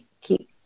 keep